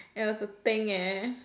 it's a thing leh